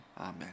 Amen